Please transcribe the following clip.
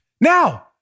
Now